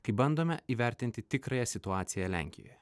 kai bandome įvertinti tikrąją situaciją lenkijoje